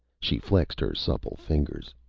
she flexed her supple fingers.